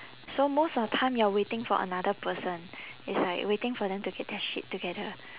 so most of the time you're waiting for another person it's like waiting for them to get their shit together